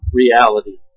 reality